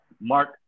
Mark